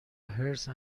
حرص